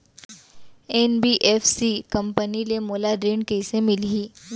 NBFC company ले मोला ऋण कइसे मिलही?